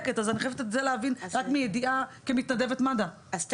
אז כמתנדבת מד"א, אני חייבת להבין את זה.